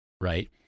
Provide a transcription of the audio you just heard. Right